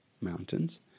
mountains